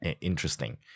interesting